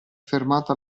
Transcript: fermato